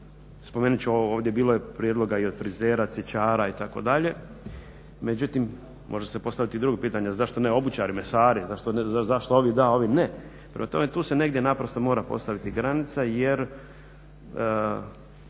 spomenut ću ovo ovdje bilo je prijedloga i od frizera, cvjećara itd. Međutim, može se postaviti i drugo čitanje zašto ne obućari, mesari, zašto ovi da, ovi ne. Prema tome, tu se negdje naprosto mora postaviti granica jer